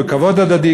בכבוד הדדי.